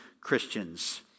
christians